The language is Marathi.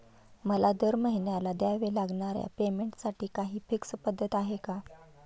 मला दरमहिन्याला द्यावे लागणाऱ्या पेमेंटसाठी काही फिक्स पद्धत आहे का?